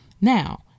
Now